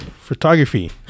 photography